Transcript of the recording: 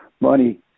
money